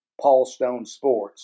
paulstonesports